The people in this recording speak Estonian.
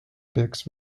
peaks